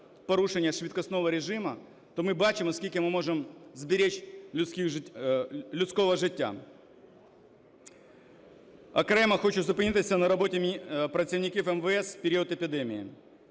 порушення швидкісного режиму, то ми бачимо, скільки ми можемо зберегти людського життя. Окремо хочу зупинитися на роботі працівників МВС в період епідемії.